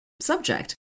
subject